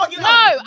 no